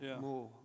more